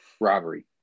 robbery